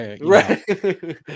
Right